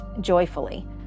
joyfully